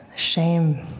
shame.